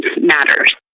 matters